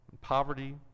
poverty